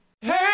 Hey